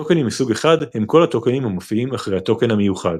טוקנים מסוג 1 הם כל הטוקנים המופיעים אחרי הטוקן המיוחד.